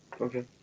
Okay